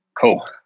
Cool